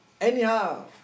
anyhow